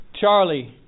Charlie